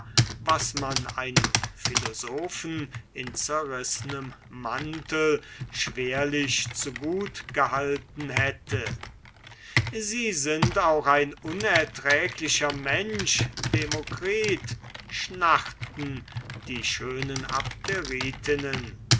was man einem philosophen in zerrißnem mantel schwerlich zu gut gehalten hätte sie sind auch ein unerträglicher mensch demokritus schnarrten die schönen